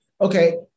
Okay